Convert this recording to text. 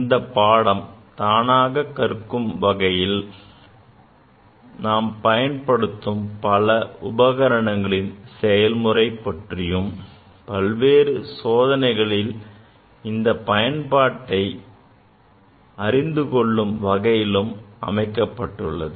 இந்தப் பாடம் தானாக கற்கும் வகையிலும் நாம் பயன்படுத்தும் பல உபகரணங்களின் செயல்முறை பற்றியும் பல்வேறு சோதனைகளில் அதன் பயன்பாட்டை அறிந்து கொள்ளும் வகையிலும் அமைக்கப்பட்டுள்ளது